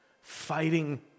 fighting